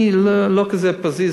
אני לא כזה פזיז,